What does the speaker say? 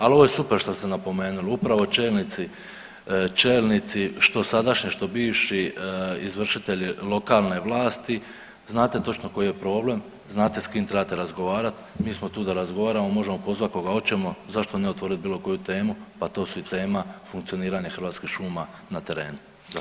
Ali ovo je super što ste napomenuli, upravo čelnici, čelnici što sadašnji, što bivši izvršitelji lokalne vlasti, znate točno koji je problem, znate s kim trebate razgovarat, mi smo tu da razgovaramo, možemo pozvat koga oćemo, zašto ne otvorit bilo koju temu, a to su i tema funkcioniranje Hrvatskih šuma na terenu.